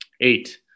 Eight